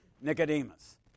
Nicodemus